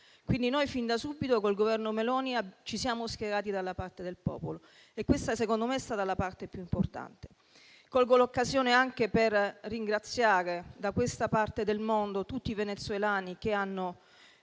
Quindi, noi fin da subito, col Governo Meloni, ci siamo schierati dalla parte del popolo e questa, secondo me, è stata la cosa più importante. Colgo l'occasione anche per ringraziare da questa parte del mondo tutti i venezuelani che hanno